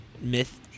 myth